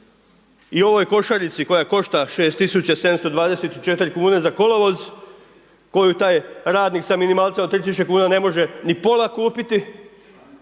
u ovoj košarici koja košta 6724 kune za kolovoz, koju taj radnik sa minimalcem od 3000 kuna ne može ni pola kupiti,